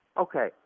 okay